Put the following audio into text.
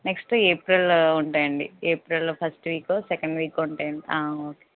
next April ఉంటాయండి April first వీకో second వీకో ఉంటాయండి ఓకే